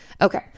Okay